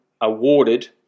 awarded